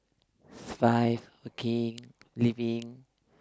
survive working living